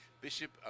bishop